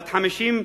בת 50,